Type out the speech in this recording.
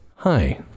hi